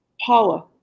Paula